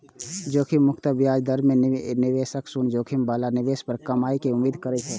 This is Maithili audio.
जोखिम मुक्त ब्याज दर मे निवेशक शून्य जोखिम बला निवेश पर कमाइ के उम्मीद करै छै